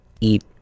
eat